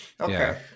Okay